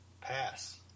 Pass